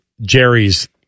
Jerry's